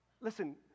Listen